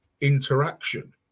interaction